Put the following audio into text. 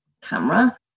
camera